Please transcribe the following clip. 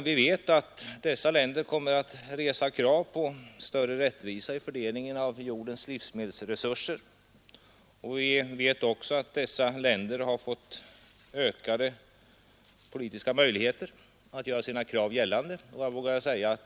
Vi vet att dessa länder kommer att resa krav på större rättvisa vid fördelningen av jordens livsmedelsresurser. Vi vet också att dessa länder har fått ökade politiska möjligheter att göra sina krav gällande.